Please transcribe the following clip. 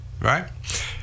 right